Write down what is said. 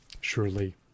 Surely